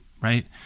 right